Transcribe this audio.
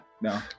No